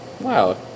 Wow